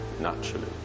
naturally